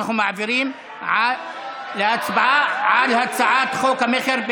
אנחנו עוברים להצבעה על הצעת חוק המכר,